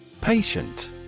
Patient